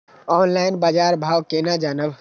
Online बाजार भाव केना जानब?